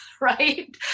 Right